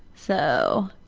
so,